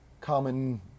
common